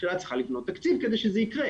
והממשלה צריכה לבנות תקציב כדי שזה יקרה.